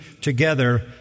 together